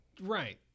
Right